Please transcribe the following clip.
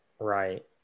Right